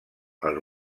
els